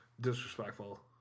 Disrespectful